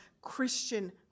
Christian